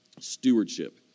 stewardship